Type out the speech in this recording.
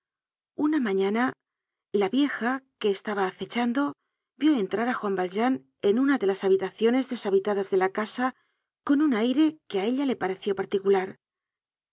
una mañana la vieja que estaba acechando vió entrar á juan valjean en una de las habitaciones deshabitadas de la casa con un aire que á ella le pareció particular